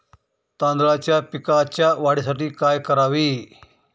तांदळाच्या पिकाच्या वाढीसाठी काय करावे?